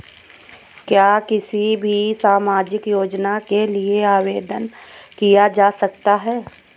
क्या किसी भी सामाजिक योजना के लिए आवेदन किया जा सकता है?